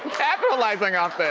capitalizing off